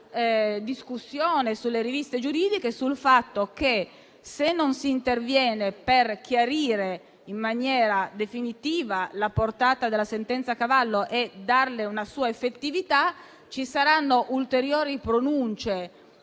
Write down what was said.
discussione sulle riviste giuridiche sul fatto che, se non si interviene per chiarire in maniera definitiva la portata della sentenza Cavallo e darle una sua effettività, ci saranno ulteriori pronunce,